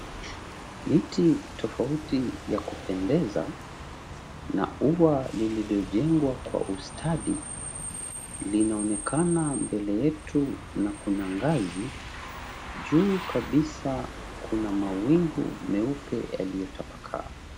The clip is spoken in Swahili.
Miti tofauti ya kupendeza na ua lililojengwa kwa ustadi, linaonekana mbele yetu na kuna ngazi. Juu kabisa kuna mawingu meupe yaliyotapakaa.